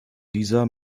dieser